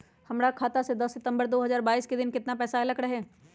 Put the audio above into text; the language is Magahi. हमरा खाता में दस सितंबर दो हजार बाईस के दिन केतना पैसा अयलक रहे?